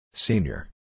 Senior